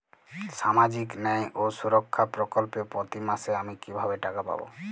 সামাজিক ন্যায় ও সুরক্ষা প্রকল্পে প্রতি মাসে আমি কিভাবে টাকা পাবো?